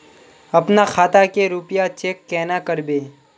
अपना खाता के रुपया चेक केना करबे?